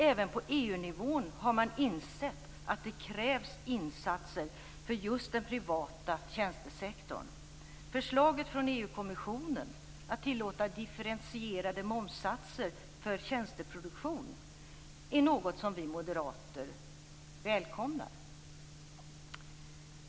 Även på EU-nivån har man insett att det krävs insatser för just den privata tjänstesektorn. Förslaget från EU-kommissionen att tillåta differentierade momssatser för tjänsteproduktion är något som vi moderater välkomnar.